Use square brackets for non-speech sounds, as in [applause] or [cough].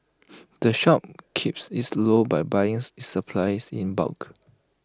[noise] the shop keeps its low by buying its supplies in bulk